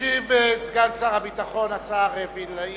ישיב סגן שר הביטחון מתן וילנאי.